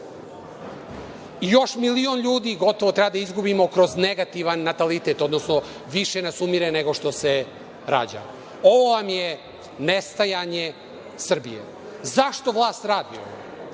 i još milion ljudi gotovo treba da izgubimo kroz negativan natalitet, odnosno više nas umire nego što se rađa. Ovo vam je nestajanje Srbije.Zašto vlast radi ovo?